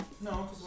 No